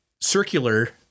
circular